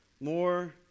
more